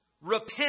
repent